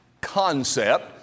concept